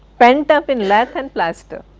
pent up in lath and plaster.